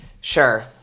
Sure